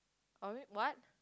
orange what